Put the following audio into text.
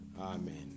Amen